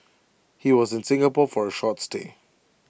he was in Singapore for A short stay